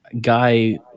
guy